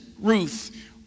Ruth